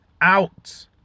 out